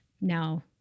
now